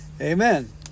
Amen